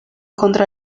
contra